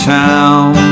town